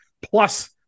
plus